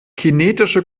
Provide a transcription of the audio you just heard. kinetische